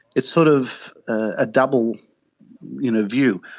it's sort of a double you know view.